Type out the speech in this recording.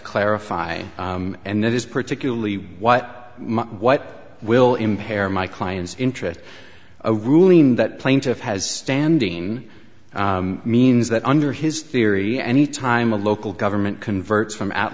clarify and that is particularly what what will impair my client's interest a ruling that plaintiff has standing means that under his theory any time a local government converts from at